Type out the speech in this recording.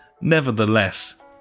nevertheless